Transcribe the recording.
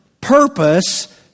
purpose